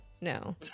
no